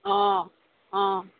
অঁ অঁ